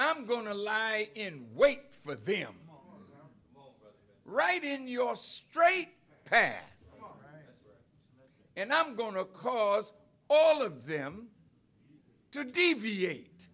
i'm going to lie in wait for them right in your straight path and i'm going to cause all of them to deviate